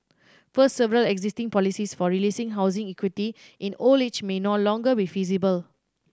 first several existing policies for releasing housing equity in old age may no longer be feasible